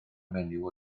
menyw